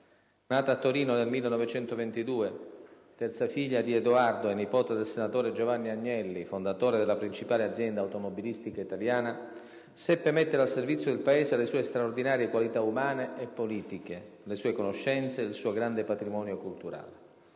Nata a Torino nel 1922, terza figlia di Edoardo e nipote del senatore Giovanni Agnelli fondatore della principale azienda automobilistica italiana, seppe mettere al servizio del Paese le sue straordinarie qualità umane e politiche, le sue conoscenze e il suo grande patrimonio culturale.